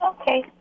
Okay